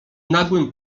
nagłym